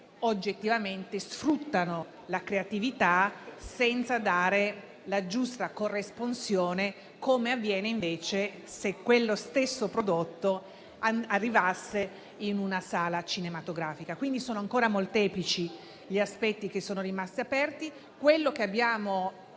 oggettivamente sfruttano la creatività senza dare la giusta corresponsione, come accadrebbe se quello stesso prodotto arrivasse in una sala cinematografica. Quindi sono ancora molteplici gli aspetti che sono rimasti aperti. Il motivo